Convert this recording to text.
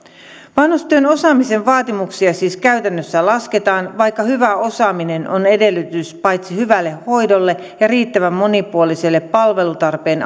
vanhustyön osaamisen vaatimuksia siis käytännössä lasketaan vaikka hyvä osaaminen on edellytys paitsi hyvälle hoidolle ja riittävän monipuoliselle palvelutarpeen